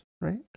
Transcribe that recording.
right